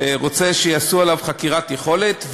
שרוצה שיעשו עליו חקירת יכולת,